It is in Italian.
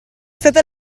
sotto